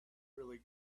really